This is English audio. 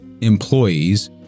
employees